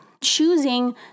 choosing